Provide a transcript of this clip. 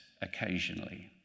occasionally